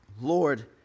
Lord